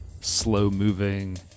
slow-moving